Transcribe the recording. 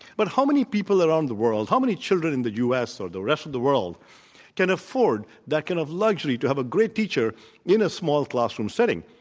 but how many people around the world how many children in the u. s. or the rest of the world can afford that kind of luxury, to have a great teacher in a small classroom setting,